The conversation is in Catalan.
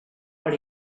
per